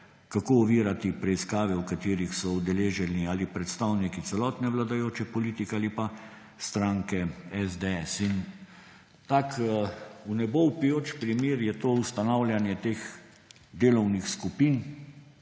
kako ovirati preiskave, v katerih so udeleženi predstavniki celotne vladajoče politike ali pa stranke SDS. In tak vnebovpijoč primer je ustanavljanje teh delovnih skupin,